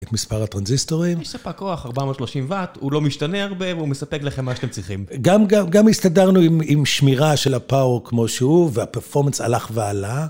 את מספר הטרנזיסטורים. יש ספק כוח, 430 ואט, הוא לא משתנה הרבה והוא מספק לכם מה שאתם צריכים. גם הסתדרנו עם שמירה של הפאואר כמו שהוא והפרופורמנס הלך ועלה.